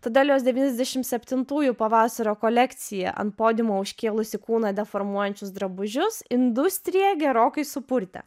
tada jos devyniasdešimt septintųjų pavasario kolekcija ant podiumo užkėlusi kūną deformuojančius drabužius industriją gerokai supurtė